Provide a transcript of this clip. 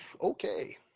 okay